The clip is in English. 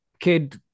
Kid